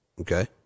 okay